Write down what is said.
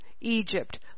Egypt